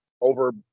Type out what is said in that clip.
over